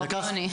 אנחנו רק ביוני.